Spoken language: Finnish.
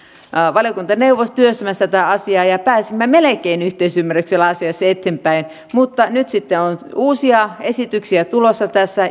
valiokuntaneuvos työstämässä tätä asiaa ja pääsimme melkein yhteisymmärryksellä asiassa eteenpäin mutta nyt sitten on uusia esityksiä tulossa tässä